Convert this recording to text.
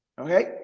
Okay